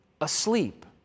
asleep